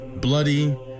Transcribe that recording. bloody